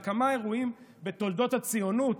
על כמה אירועים בתולדות הציונות,